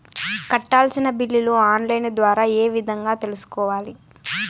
కట్టాల్సిన బిల్లులు online ద్వారా ఏ విధంగా తెలుసుకోవాలి?